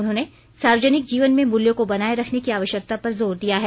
उन्होंने सार्वजनिक जीवन में मूल्यों को बनाए रखने की आवश्यकता पर जोर दिया है